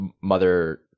mother